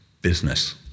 business